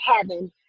heaven